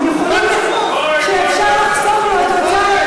זה לא נראה לי רציני,